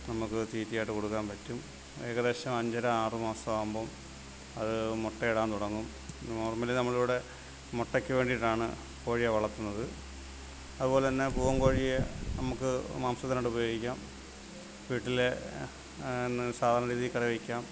നമ്മൾക്ക് തീറ്റയായിട്ട് കൊടുക്കാൻ പറ്റും ഏകദേശം അഞ്ചര ആറു മാസം ആവുമ്പം അത് മുട്ട ഇടാൻ തുടങ്ങും നോർമലി നമ്മളിവിടെ മുട്ടയ്ക്ക് വേണ്ടിയിട്ടാണ് കോഴിയെ വളർത്തുന്നത് അതുപോലെതന്നെ പൂവൻ കോഴിയെ നമ്മൾക്ക് മാംസത്തിനായിട്ട് ഉപയോഗിക്കാം വീട്ടിലെ സാധാരണ രീതിയിൽ കറി വയ്ക്കാം